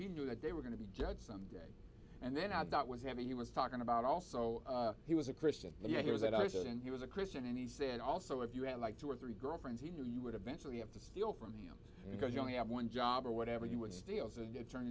he knew that they were going to be judged someday and then i thought was that he was talking about also he was a christian and yet he was that i shouldn't he was a christian and he said also if you had like two or three girlfriends he knew you would eventually have to steal from him because you only have one job or whatever you would still